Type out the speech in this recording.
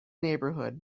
neighbourhood